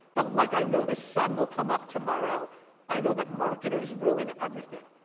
but like i know the sun will come up tomorrow i know that marketers ruin everything.